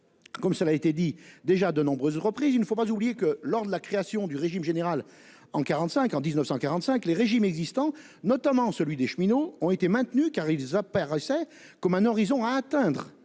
Comme cela a été dit, il ne faut pas oublier que, lors de la création du régime général en 1945, les régimes existants, notamment celui des cheminots, ont été maintenus, car ils apparaissaient comme un horizon à atteindre